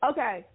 Okay